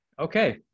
Okay